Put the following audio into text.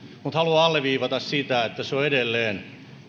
mutta haluan alleviivata sitä että se on edelleen